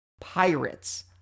pirates